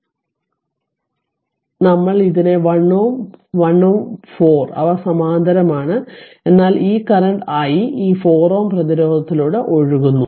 അതിനാൽ നമ്മൾ ഇതിനെ 1 Ω 1 Ω 4 അവ സമാന്തരമാണ് എന്നാൽ ഈ കറന്റ് i ഈ 4 Ω പ്രതിരോധത്തിലൂടെ ഒഴുകുന്നു